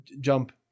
jump